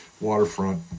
waterfront